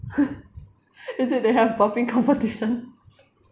is it they have burping competition